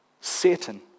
Satan